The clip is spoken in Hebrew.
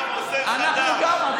אנחנו גם,